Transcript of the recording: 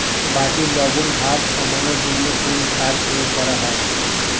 মাটির লবণ ভাব কমানোর জন্য কোন সার প্রয়োগ করা হয়?